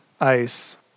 ice